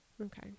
okay